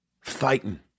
fighting